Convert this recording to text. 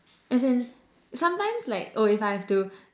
as in sometimes like oh if I have to